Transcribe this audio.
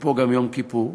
אפרופו גם יום כיפור,